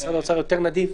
משרד האוצר יותר נדיב?